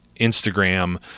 Instagram